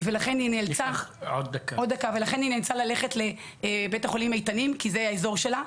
לכן היא נאלצה ללכת לבית חולים איתנים כי זה האזור שלה.